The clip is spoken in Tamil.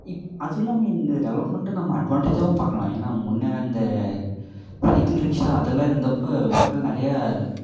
அதுவும் இல்லாமல் இந்த டெவலப்மென்ட்டை நம்ம அட்வான்ட்டேஜாகவும் பார்க்கலாம் ஏன்னா முன்னே இந்த சைக்கிள் ரிக்ஷா அதெல்லாம் இருந்தப்போ மக்கள் நிறைய